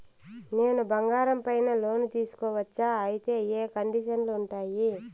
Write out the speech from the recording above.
నేను బంగారం పైన లోను తీసుకోవచ్చా? అయితే ఏ కండిషన్లు ఉంటాయి?